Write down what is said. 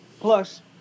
Plus